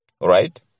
right